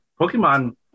Pokemon